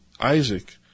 Isaac